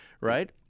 right